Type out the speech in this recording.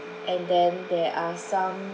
and then there are some